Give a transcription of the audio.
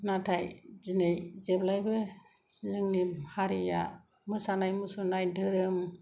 नाथाय दिनै जेब्लायबो जोंनि हारिया मोसानाय मुसुरनाय धोरोम